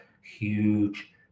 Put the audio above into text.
huge